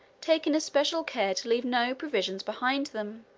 taking especial care to leave no provisions behind them.